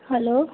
hello